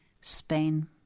Spain